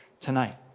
tonight